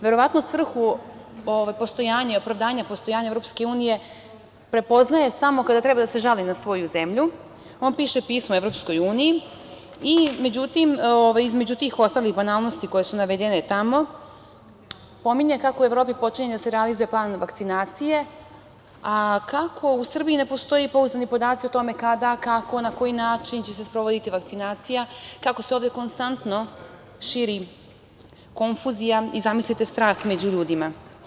Verovatno svrhu postojanja i opravdanja postojanja Evropske unije prepoznaje samo kada treba da se žali na svoju zemlju, on piše pismo Evropskoj uniji, međutim, između tih ostalih banalnosti koje su navedene tamo pominje kako u Evropi počinje da se realizuje plan vakcinacije, a kako u Srbiji ne postoje pouzdani podaci o tome kada, kako, na koji način će se sprovoditi vakcinacija, kako se ovde konstantno širi konfuzija i, zamislite, strah među ljudima.